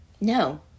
No